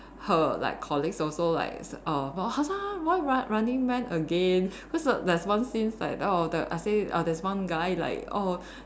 her like colleagues also like err why running man again cause the there's one scenes like oh the I say uh there's one guy like oh